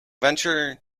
venture